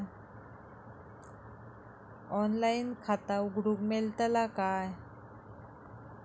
Online खाता उघडूक मेलतला काय?